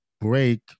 break